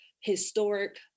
historic